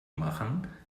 machen